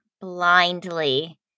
blindly